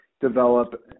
develop